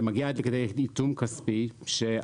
זה מגיע עד לכדי עיצום כספי שהממונה